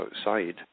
outside